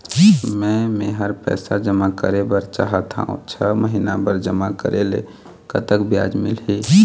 मे मेहर पैसा जमा करें बर चाहत हाव, छह महिना बर जमा करे ले कतक ब्याज मिलही?